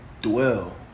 Dwell